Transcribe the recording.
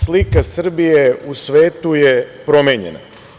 Slika Srbije u svetu je promenjena.